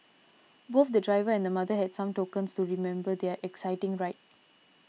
both the driver and mother had some tokens to remember their exciting ride